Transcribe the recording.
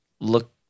look